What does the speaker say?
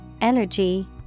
energy